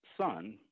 son –